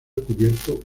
cubierto